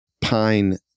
pine